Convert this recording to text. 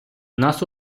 нас